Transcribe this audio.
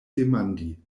demandi